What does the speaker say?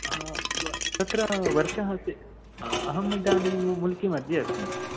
हा तत्र वर्षः अस्ति अहम् इदानीं मुल्कि मध्ये अस्मि